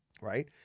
right